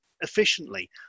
efficiently